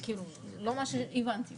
לא מה שהבנתי,